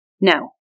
No